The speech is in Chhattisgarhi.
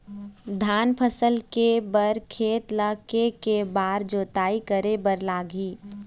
धान फसल के बर खेत ला के के बार जोताई करे बर लगही?